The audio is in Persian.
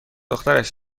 دخترش